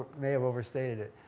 may have overstated it.